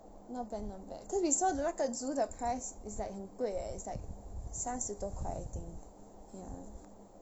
not bad not bad cause we saw 的那个 zoo 的 price is like 很贵 it's like 三十多块 I think ya